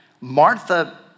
Martha